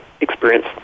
experience